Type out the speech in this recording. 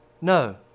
No